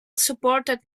supported